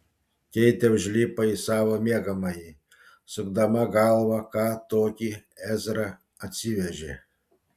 keitė užlipo į savo miegamąjį sukdama galvą ką tokį ezra atsivežė